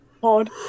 Pod